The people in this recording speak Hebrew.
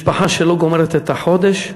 משפחה שלא גומרת את החודש,